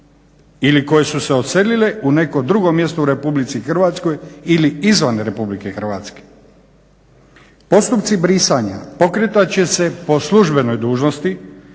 ili koje su se odselile u neko drugo mjesto u Republici Hrvatskoj ili izvan Republike Hrvatske. Postupci brisanja pokretat će se po službenoj dužnosti